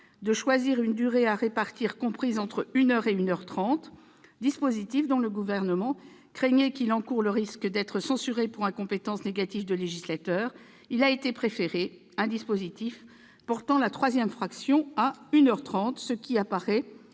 de choisir une durée à répartir comprise entre une heure et une heure trente- dispositif dont le Gouvernement craignait qu'il encoure le risque d'être censuré pour incompétence négative du législateur -, il a été préféré un dispositif portant la troisième fraction à une heure trente, ce qui apparaît